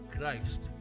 Christ